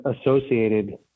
associated